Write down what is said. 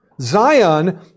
Zion